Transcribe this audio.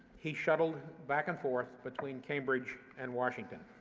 he shuttled back and forth between cambridge and washington.